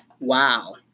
Wow